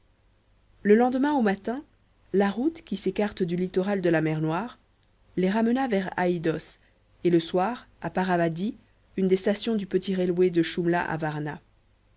le lendemain au matin la route qui s'écarte du littoral de la mer noire les ramena vers aïdos et le soir à paravadi une des stations du petit railway de